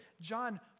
John